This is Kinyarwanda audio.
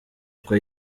uko